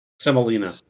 semolina